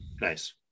Nice